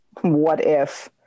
what-if